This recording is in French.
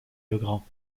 legrand